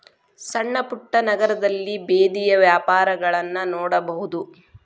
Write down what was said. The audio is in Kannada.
ಸಣ್ಣಪುಟ್ಟ ನಗರದಲ್ಲಿ ಬೇದಿಯ ವ್ಯಾಪಾರಗಳನ್ನಾ ನೋಡಬಹುದು